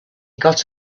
got